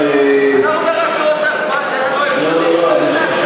לא, לא, לא.